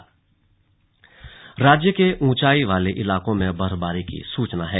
slug मौसम राज्य के ऊंचाई वाले इलाकों में बर्फबारी की सूचना है